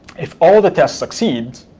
if all the tests succeed